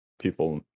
people